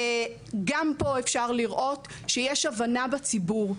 גם פה אפשר לראות שיש הבנה בציבור,